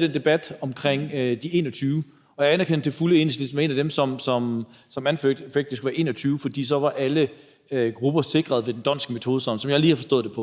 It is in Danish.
den debat, vi havde omkring de 21, og jeg anerkender til fulde, at Enhedslisten var et af de partier, som anførte, at det skulle være 21, for så var alle grupper sikret ved den d'Hondtske metode – sådan som jeg lige har forstået det.